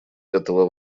этого